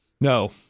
No